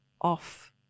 off